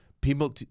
People